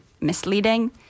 misleading